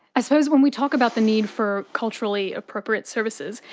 i suppose when we talk about the need for culturally appropriate services,